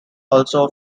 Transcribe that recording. also